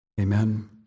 Amen